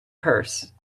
purse